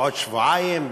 בעוד שבועיים,